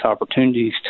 opportunities